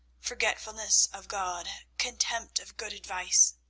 forgetfulness of god, contempt of good advice,